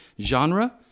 genre